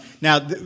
now